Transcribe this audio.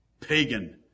Pagan